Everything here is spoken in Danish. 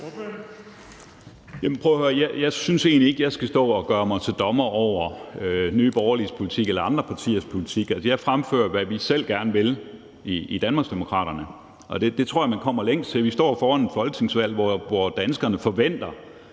jeg syntes egentlig ikke, at jeg skal stå og gøre mig til dommer over Nye Borgerliges eller andre partiers politik. Jeg fremfører, hvad vi selv gerne vil i Danmarksdemokraterne. Det tror jeg at man kommer længst med. Vi står jo foran et folketingsvalg, hvor danskerne forventer,